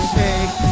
take